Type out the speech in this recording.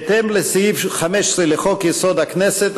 בהתאם לסעיף 15 לחוק-יסוד: הכנסת,